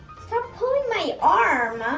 so pulling my arm.